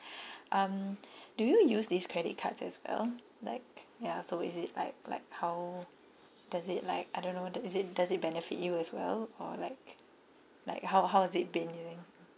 um do you use this credit cards as well like ya so is it like like how does it like I don't know the is it does it benefit you as well or like like how how is it been using